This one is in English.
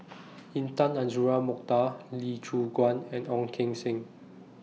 Intan Azura Mokhtar Lee Choon Guan and Ong Keng Sen